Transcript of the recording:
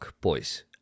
boys